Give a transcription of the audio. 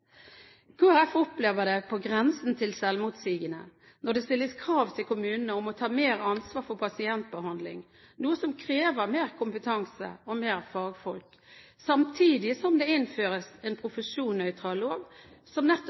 Folkeparti opplever det på grensen til selvmotsigende når det stilles krav til kommunene om å ta mer ansvar for pasientbehandling – noe som krever mer kompetanse og mer fagfolk – samtidig som det innføres en profesjonsnøytral lov som